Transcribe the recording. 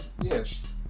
Yes